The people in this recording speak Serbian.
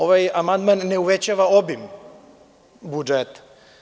Ovaj amandman ne uvećava obim budžeta.